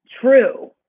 true